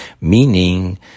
Meaning